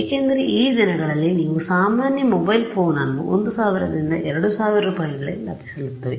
ಏಕೆಂದರೆ ಈ ದಿನಗಳಲ್ಲಿ ನೀವು ಸಾಮಾನ್ಯ ಮೊಬೈಲ್ ಫೋನ್ ಅನ್ನು 1000 2000 ರೂಪಾಯಿಗಳಿಗೆ ಲಭಿಸುತ್ತದೆ